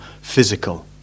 Physical